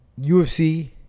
UFC